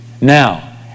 Now